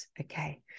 okay